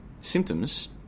symptoms